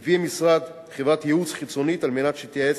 הביא המשרד חברת ייעוץ חיצונית על מנת שתייעץ